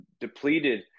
depleted